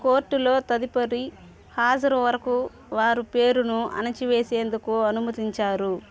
కోర్టులో తదుపరి హాజరు వరకు వారు పేరును అణిచివేసేందుకు అనుమతించారు